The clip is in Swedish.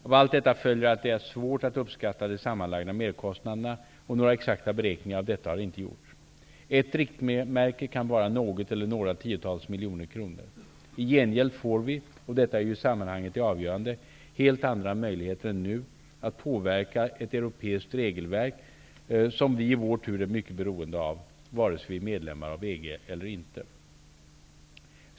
Av allt detta följer att det är svårt att uppskatta de sammanlagda merkostnaderna, och några exakta beräkningar av detta har inte gjorts. Ett riktmärkte kan vara något eller några tiotals miljoner kronor. I gengäld får vi -- och detta är ju i sammanhanget det avgörande -- helt andra möjligheter än nu att påverka ett europeiskt regelverk som vi i vår tur är mycket beroende av, vare sig vi är medlemmar i EG eller inte.